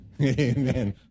amen